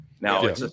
Now